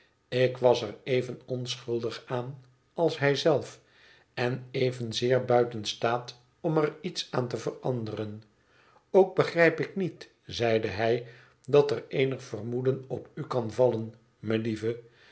ik was er even onschuldig aan als hij zelf en evenzeer buiten staat om er iets aan te veranderen ook begrijp ik niet zeide hij dat er eenlg vermoeden op u kan vallen melieve